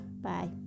bye